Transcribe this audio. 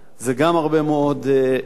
זה גם הרבה מאוד כסף.